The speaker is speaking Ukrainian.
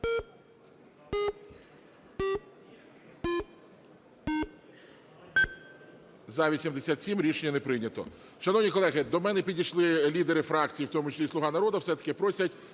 За-87 Рішення не прийнято.